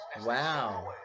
Wow